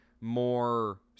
more